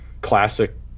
classic